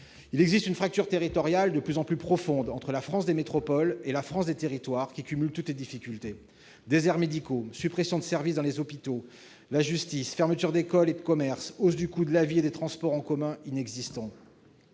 Il existe une fracture territoriale de plus en plus profonde entre la France des métropoles et la France des territoires, qui cumule toutes les difficultés : déserts médicaux, suppression de services dans les hôpitaux et la justice, fermeture d'écoles et de commerces, hausse du coût de la vie, transports en commun inexistants,